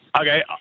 Okay